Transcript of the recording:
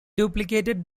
duplicated